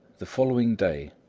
the following day,